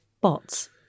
bots